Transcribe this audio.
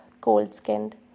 cold-skinned